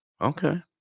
Okay